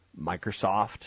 Microsoft